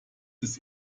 ist